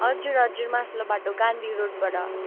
हजुर हजुर मथिल्लो बाटो गान्धी रोडबाट